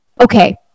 okay